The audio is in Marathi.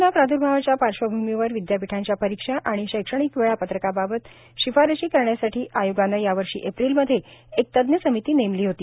कोरोना प्राद्र्भावाच्या पार्श्वभूमीवर विदयापीठांच्या परीक्षा आणि शैक्षणिक वेळापत्रकाबाबत शिफारशी करण्यासाठी आयोगानं यावर्षी एप्रिलमध्ये एक तज्ञ समिती नेमली होती